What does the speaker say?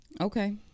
Okay